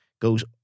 goes